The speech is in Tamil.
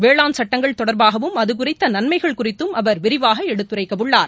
வேளாண் சட்டங்கள் தொடர்பாகவும் அது குறித்த நன்மைகள் குறித்தும் அவர் விரிவாக எடுத்துரைக்க உள்ளார்